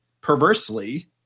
perversely